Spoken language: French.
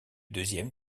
deuxième